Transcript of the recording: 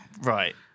Right